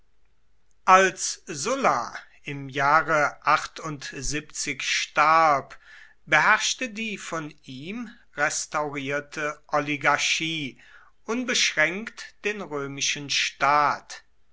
als sulla im jahre starb beherrschte die von ihm restaurierte oligarchie unbeschränkt den römischen staat